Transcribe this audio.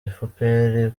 efuperi